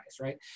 right